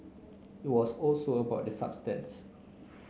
it was also about the substances